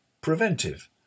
Preventive